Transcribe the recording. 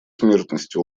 смертности